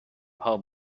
home